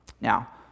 Now